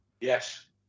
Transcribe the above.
Yes